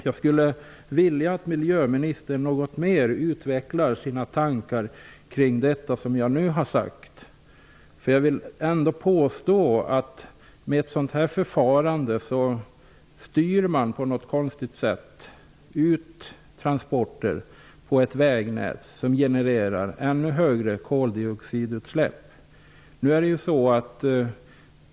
Jag skulle vilja att miljöministern litet ytterligare utvecklar sina tankar kring detta som jag nu har sagt. Jag vill ändock påstå att med ett sådant här förfarande styr man på något konstigt sätt ut transporter på ett vägnät som genererar ännu större koldioxidutsläpp.